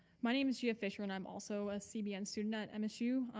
my name is jia fischer and i'm also a cbn student at msu.